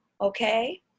Okay